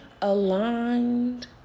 aligned